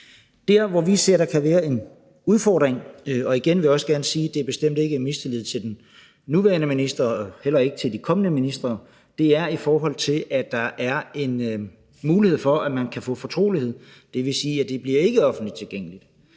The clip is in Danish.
Der, hvor vi ser, at der kan være en udfordring – og igen vil jeg også gerne sige, at det bestemt ikke er af mistillid til den nuværende minister og heller ikke til de kommende ministre – er i forhold til at der er en mulighed for, at man kan få fortrolighed. Det vil sige, at det ikke bliver offentligt tilgængeligt.